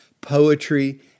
poetry